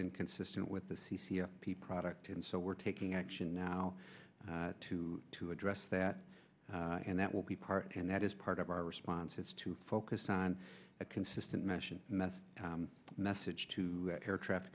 inconsistent with the c c p product and so we're taking action now to address that and that will be part and that is part of our response is to focus on a consistent mission message message to air traffic